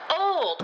old